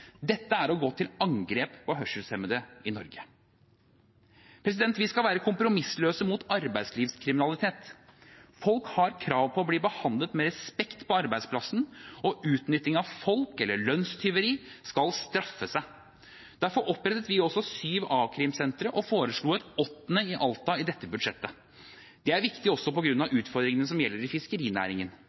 Dette er å gå til angrep på hørselshemmede i Norge.» Vi skal være kompromissløse mot arbeidslivskriminalitet. Folk har krav på å bli behandlet med respekt på arbeidsplassen, og utnytting av folk eller lønnstyveri skal straffe seg. Derfor opprettet vi også syv a-krimsentre og foreslo et åttende i Alta i dette budsjettet. Det er viktig også på grunn av utfordringene som gjelder fiskerinæringen.